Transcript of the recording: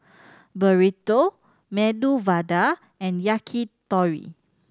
Burrito Medu Vada and Yakitori